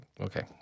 okay